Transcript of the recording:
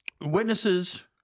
witnesses